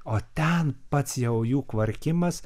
o ten pats jau jų kvarkimas